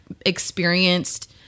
experienced